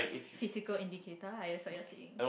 physical indicator lah what you're saying